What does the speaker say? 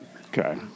Okay